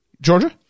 georgia